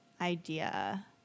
idea